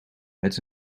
met